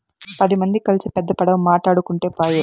పది మంది కల్సి పెద్ద పడవ మాటాడుకుంటే పాయె